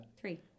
Three